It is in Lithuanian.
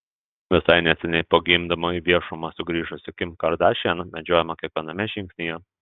visai neseniai po gimdymo į viešumą sugrįžusi kim kardashian medžiojama kiekviename žingsnyje